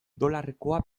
dolarrekoa